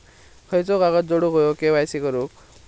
खयचो कागद जोडुक होयो के.वाय.सी करूक?